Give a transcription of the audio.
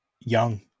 young